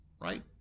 right